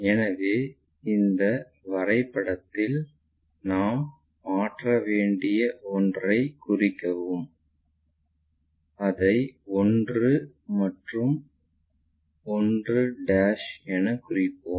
எனவே இந்த வரைபடத்தில் நாம் மாற்ற வேண்டிய ஒன்றைக் குறிக்கவும் அதை 1 மற்றும் 1 எனக் குறிப்போம்